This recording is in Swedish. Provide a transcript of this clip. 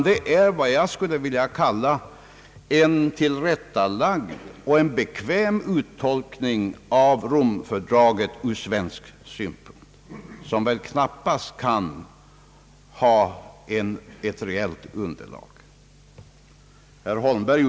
Det är därför vad jag skulle vilja kalla en tillrättalagd och bekväm uttolkning av Rom-fördraget ur svensk synpunkt, som väl knappast kan ha ett reellt underlag.